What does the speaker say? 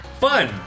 Fun